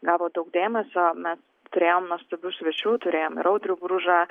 gavo daug dėmesio mes turėjom nuostabių svečių turėjom ir audrių bružą